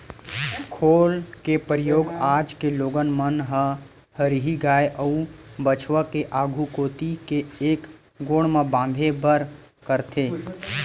खोल के परियोग आज के लोगन मन ह हरही गाय अउ बछवा के आघू कोती के एक गोड़ म बांधे बर करथे